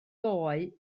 doe